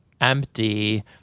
empty